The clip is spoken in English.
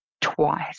twice